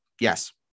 Yes